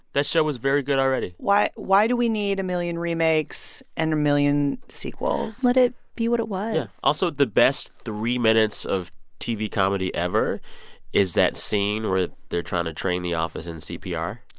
that show was very good already why why do we need a million remakes and a million sequels? let it be what it was also the best three minutes of tv comedy ever is that scene where they're trying to train the office in cpr.